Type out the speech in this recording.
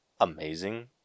amazing